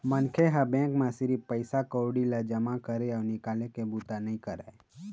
मनखे ह बेंक म सिरिफ पइसा कउड़ी ल जमा करे अउ निकाले के बूता नइ करय